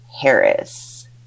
Harris